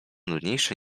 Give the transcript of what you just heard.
nudniejsze